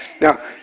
Now